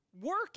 work